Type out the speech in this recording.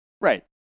Right